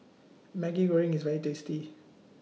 Maggi Goreng IS very tasty